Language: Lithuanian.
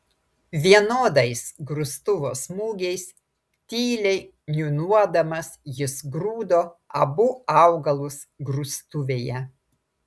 vienodais grūstuvo smūgiais tyliai niūniuodamas jis grūdo abu augalus grūstuvėje